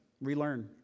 relearn